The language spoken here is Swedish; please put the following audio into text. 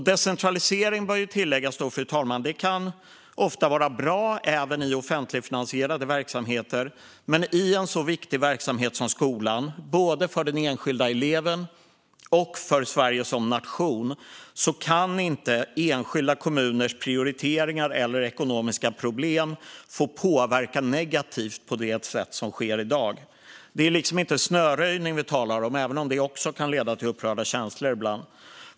Decentralisering, bör tilläggas, kan ofta vara bra även i offentligfinansierade verksamheter, men i en så viktig verksamhet som skolan, både för den enskilda eleven och för Sverige som nation, kan inte enskilda kommuners prioriteringar eller ekonomiska problem få påverka negativt på det sätt som sker i dag. Vi talar inte om snöröjning - även om den också kan leda till upprörda känslor.